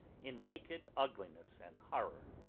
in naked ugliness and horror.